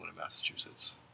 Massachusetts